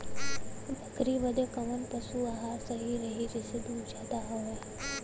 बकरी बदे कवन पशु आहार सही रही जेसे दूध ज्यादा होवे?